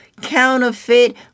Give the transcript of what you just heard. counterfeit